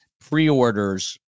pre-orders